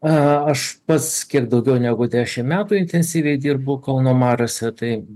aš pats kiek daugiau negu dešimt metų intensyviai dirbu kauno mariose tai